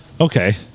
okay